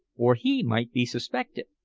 or he might be suspected.